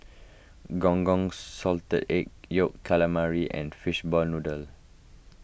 Gong Gong Salted Egg Yolk Calamari and Fishball Noodle